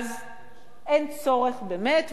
אז אין צורך באמת,